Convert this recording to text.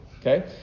Okay